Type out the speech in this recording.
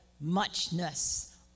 muchness